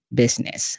business